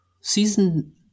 Season